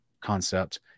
concept